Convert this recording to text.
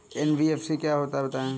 NBFC क्या होता है बताएँ?